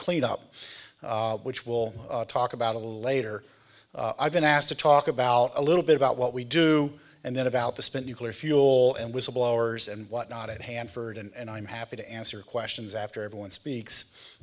cleanup which will talk about a little later i've been asked to talk about a little bit about what we do and then about the spent nuclear fuel and whistleblowers and whatnot at hanford and i'm happy to answer questions after everyone speaks